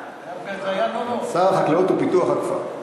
שר החקלאות ופיתוח הכפר.